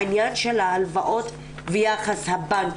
העניין של ההלוואות ויחס הבנקים.